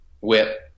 whip